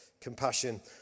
compassion